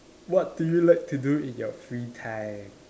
what do you like to do in your free time